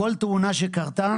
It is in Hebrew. כל תאונה שקרתה